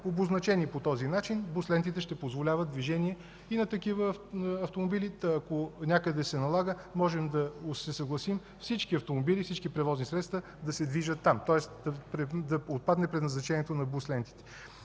Обозначени по този начин, бус лентите ще позволяват движение и на такива автомобили. Ако някъде се налага, можем да се съгласим всички автомобили, всички превозни средства да се движат там. Тоест да отпадне предназначението на бус лентите.